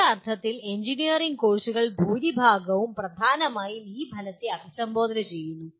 ചില അർത്ഥത്തിൽ എഞ്ചിനീയറിംഗ് കോഴ്സുകളിൽ ഭൂരിഭാഗവും പ്രധാനമായും ഈ ഫലത്തെ അഭിസംബോധന ചെയ്യുന്നു